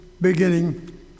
beginning